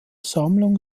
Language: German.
sammlung